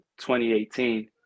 2018